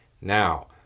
Now